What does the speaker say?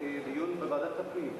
דיון בוועדת הפנים.